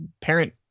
parent